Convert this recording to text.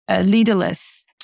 leaderless